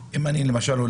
למשל,